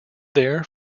there